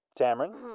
Tamron